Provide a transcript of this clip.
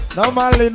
normally